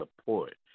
support